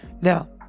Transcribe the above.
Now